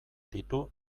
ditu